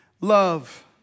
love